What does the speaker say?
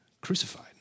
crucified